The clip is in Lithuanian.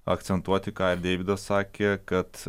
akcentuoti ką ir deividas sakė kad